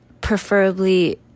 preferably